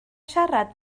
siarad